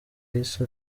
yahise